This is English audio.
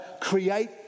create